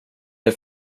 det